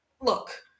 Look